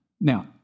Now